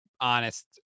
honest